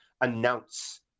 announce